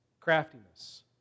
craftiness